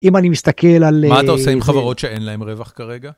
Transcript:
אם אני מסתכל על... מה אתה עושה עם חברות שאין להם רווח כרגע?